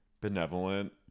benevolent